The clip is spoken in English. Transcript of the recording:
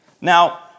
Now